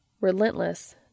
Relentless